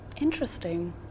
Interesting